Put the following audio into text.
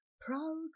proud